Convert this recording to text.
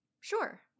Sure